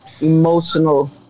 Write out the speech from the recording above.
emotional